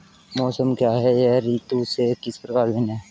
मौसम क्या है यह ऋतु से किस प्रकार भिन्न है?